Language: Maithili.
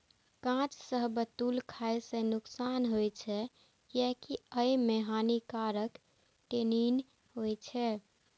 कांच शाहबलूत खाय सं नुकसान होइ छै, कियैकि अय मे हानिकारक टैनिन होइ छै